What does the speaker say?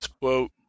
quote